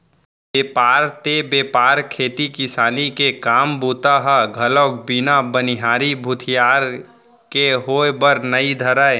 बेपार ते बेपार खेती किसानी के काम बूता ह घलोक बिन बनिहार भूथियार के होय बर नइ धरय